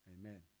Amen